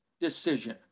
decision